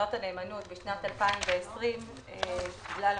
לקרנות הנאמנות בשנת 2020 בגלל המשבר.